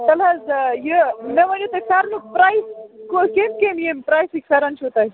تَلہٕ حظ آ یہِ مےٚ ؤنِو تُہۍ فیٚرنُک پرٛایِز کِتھٕ کٔنۍ ییٚمہِ پرٛایسِنٛگ فیٚرَن چھِو تۄہہِ